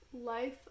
Life